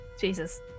Jesus